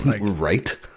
Right